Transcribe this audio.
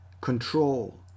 control